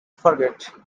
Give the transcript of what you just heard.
forget